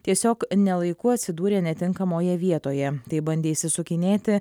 tiesiog ne laiku atsidūrė netinkamoje vietoje tai bandė išsisukinėti